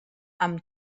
amb